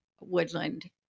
woodland